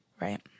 right